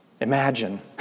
Imagine